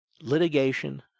litigation